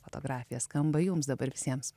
fotografija skamba jums dabar visiems